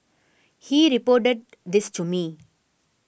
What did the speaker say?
he reported this to me